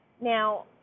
now